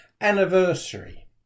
anniversary